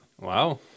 Wow